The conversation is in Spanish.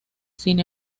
sin